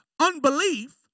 unbelief